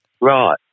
Right